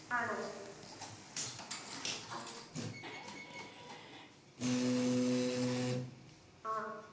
ആണോ ആ ആ